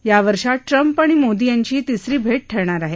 या वर्षात ट्रम्प आणि मोदी यांची ही तिसरी भेट ठरणार आहे